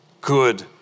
good